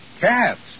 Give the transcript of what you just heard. Cats